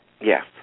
Yes